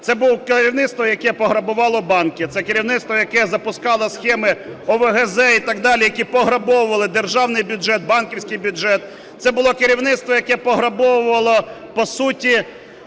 Це було керівництво, яке пограбувало банки, це керівництво, яке запускало схеми ОВГЗ і так далі, які пограбовували державний бюджет, банківський бюджет, це було керівництво, яке пограбовувало, по суті,